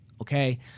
Okay